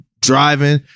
driving